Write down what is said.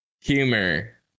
Humor